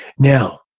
Now